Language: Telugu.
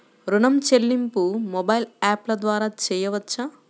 ఋణం చెల్లింపు మొబైల్ యాప్ల ద్వార చేయవచ్చా?